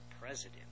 president